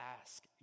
ask